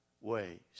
ways